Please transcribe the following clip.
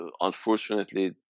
unfortunately